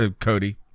Cody